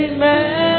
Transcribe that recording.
Amen